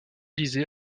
réalisé